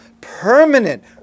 Permanent